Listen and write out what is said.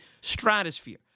stratosphere